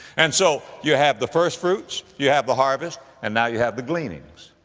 and so, you have the firstfruits, you have the harvest, and now you have the gleanings.